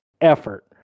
effort